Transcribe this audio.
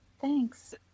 Thanks